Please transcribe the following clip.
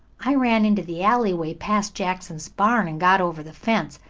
i ran into the alleyway past jackson's barn, and got over the fence,